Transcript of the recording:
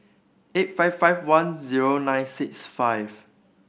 eight five five one zero nine six five